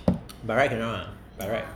by right cannot ah by right